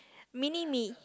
mini me